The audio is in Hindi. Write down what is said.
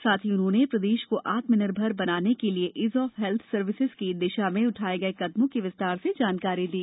साथ ही उन्होंने प्रदेश को आत्म निर्भर बनाने के लिए ईज ऑफ हेल्थ सर्विसेज की दिशा में उठाये गये कदमों की विस्तार से जानकारी दी